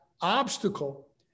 obstacle